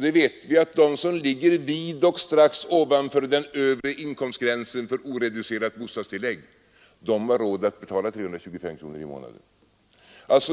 Vi vet att de som ligger vid och strax ovanför den övre inkomstgränsen för oreducerat bostadstillägg har råd att betala 325 kronor i månaden.